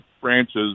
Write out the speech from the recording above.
branches